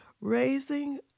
raising